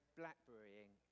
blackberrying